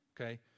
okay